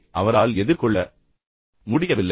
அவமானத்தை அவரால் எதிர்கொள்ள முடியவில்லை